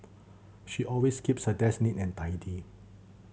she always keeps her desk neat and tidy